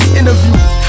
interviews